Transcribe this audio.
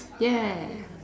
ya